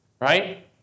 Right